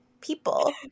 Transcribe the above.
people